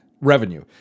revenue